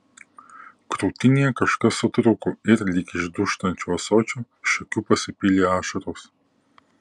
krūtinėje kažkas sutrūko ir lyg iš dūžtančio ąsočio iš akių pasipylė ašaros